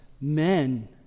men